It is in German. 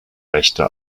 rechte